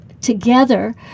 together